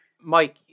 Mike